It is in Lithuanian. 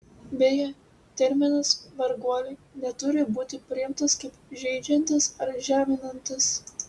beje terminas varguoliai neturi būti priimtas kaip žeidžiantis ar žeminantis